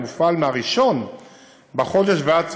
המופעל מהראשון בחודש ועד סופו,